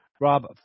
Rob